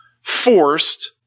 forced